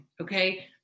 Okay